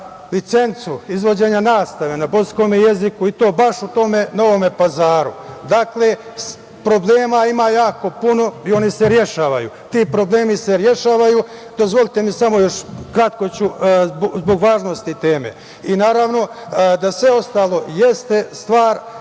licencu izvođenja nastave na bosanskome jeziku, i to baš u tome Novome Pazaru. Dakle, problema ima jako puno i oni se rešavaju. Ti problemi se rešavaju. Dozvolite mi još samo, kratko ću, zbog važnosti teme. Naravno da sve ostalo jeste stvar